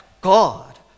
God